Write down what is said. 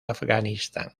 afganistán